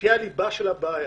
שהיא הליבה של הבעיה.